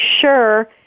sure